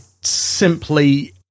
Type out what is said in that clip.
simply